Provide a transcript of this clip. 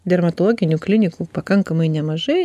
dermatologinių klinikų pakankamai nemažai